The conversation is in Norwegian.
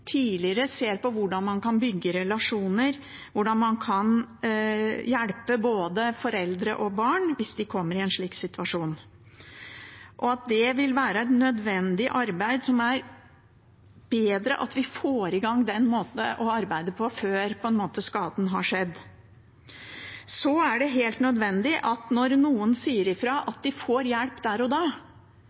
tidligere og ser på hvordan man kan bygge relasjoner, og hvordan man kan hjelpe både foreldre og barn hvis de kommer i en slik situasjon. Det vil være et nødvendig arbeid, og det er bedre at vi får i gang den måten å arbeide på før skaden har skjedd. Det er også helt nødvendig når noen sier ifra, at de får hjelp der og da.